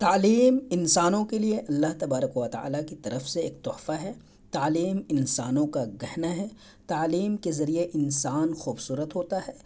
تعلیم انسانوں کے لیے اللہ تبارک و تعالی کی طرف سے ایک تحفہ ہے تعلیم انسانوں کا گہنا ہے تعلیم کے ذریعے انسان خوبصورت ہوتا ہے